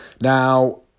Now